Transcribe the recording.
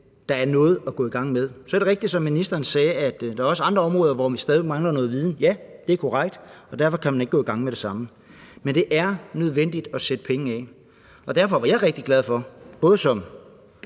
der er noget at gå i gang med. Så er det rigtigt, som ministeren sagde, at der også er andre områder, hvor vi stadig væk mangler noget viden. Ja, det er korrekt, og derfor kan man ikke gå i gang med det samme. Men det er nødvendigt at sætte penge af, og derfor var jeg rigtig glad for, både som